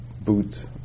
boot